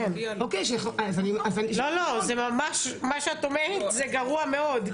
מה שאת אומרת זה גרוע מאוד,